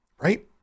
right